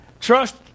Trust